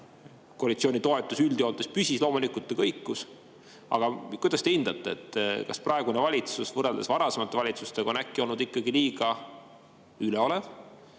koalitsiooni toetus üldjoontes püsis, loomulikult ta kõikus. Kuidas te hindate, kas praegune valitsus on, võrreldes varasemate valitsustega, äkki olnud ikkagi liiga üleolev,